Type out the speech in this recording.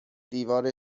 دیوار